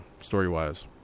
story-wise